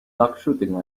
duckshooting